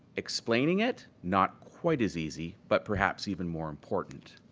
explaining it, not quite as easy but perhaps even more important.